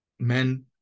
Men